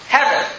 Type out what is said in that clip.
Heaven